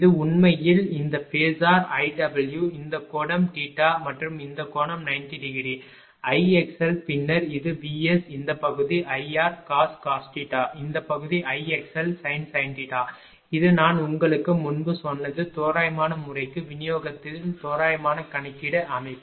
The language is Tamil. இது உண்மையில் இந்த ஃபேஸர் Ir இந்த கோணம் மற்றும் இந்த கோணம் 90 டிகிரி Ixl பின்னர் இது Vs இந்த பகுதி Ircos இந்த பகுதி Ixlsin இது நான் உங்களுக்கு முன்பு சொன்னது தோராயமான முறைக்கு விநியோகத்தில் தோராயமான கணக்கீடு அமைப்பு